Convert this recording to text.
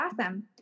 awesome